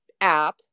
app